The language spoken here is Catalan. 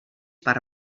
per